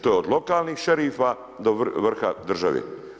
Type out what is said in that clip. To je od lokalnih šerifa do vrha države.